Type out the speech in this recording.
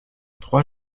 trois